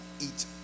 eat